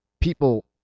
people